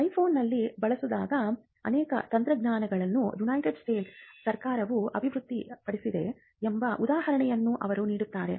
ಐಫೋನ್ನಲ್ಲಿ ಬಳಸಲಾದ ಅನೇಕ ತಂತ್ರಜ್ಞಾನಗಳನ್ನು ಯುನೈಟೆಡ್ ಸ್ಟೇಟ್ಸ್ ಸರ್ಕಾರವು ಅಭಿವೃದ್ಧಿಪಡಿಸಿದೆ ಎಂಬ ಉದಾಹರಣೆಯನ್ನು ಅವರು ನೀಡುತ್ತಾರೆ